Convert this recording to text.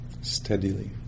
steadily